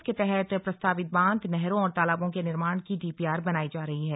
इसके तहत प्रस्तावित बांध नहरों और तालाबों के निर्माण की डीपीआर बनाई जा रही है